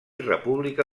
república